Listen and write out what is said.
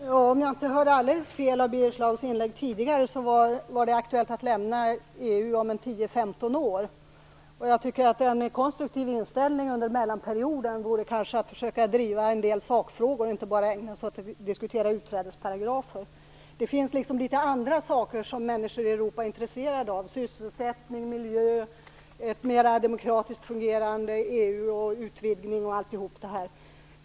Fru talman! Om jag inte hörde alldeles fel i Birger Schlaugs inlägg tidigare var det aktuellt att lämna EU om 10-15 år. Jag tycker kanske att en konstruktiv inställning under mellanperioden vore att försöka driva en del sakfrågor och inte bara ägna sig åt att diskutera utträdesparagrafer. Det finns litet andra saker som människor i Europa är intresserade av: sysselsättning, miljö, ett mer demokratiskt fungerande EU, utvidgning m.m.